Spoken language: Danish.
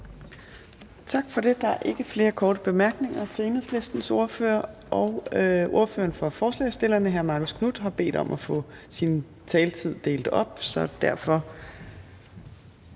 Tak for det. Der er ikke flere korte bemærkninger til Enhedslistens ordfører. Ordføreren for forslagsstillerne, hr. Marcus Knuth, har bedt om at få sin taletid delt op, så derfor